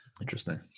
Interesting